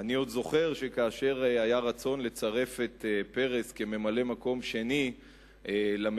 אני עוד זוכר שכאשר היה רצון לצרף את פרס כממלא-מקום שני לממשלה,